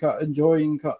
enjoying